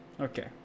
okay